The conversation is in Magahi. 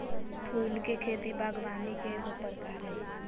फूल के खेती बागवानी के एगो प्रकार हइ